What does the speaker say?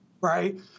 right